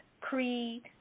creed